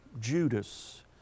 Judas